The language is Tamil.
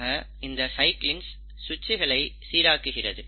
ஆக இந்த சைக்கிளின்ஸ் சுவிட்டசுகளை சீராக்குகிறது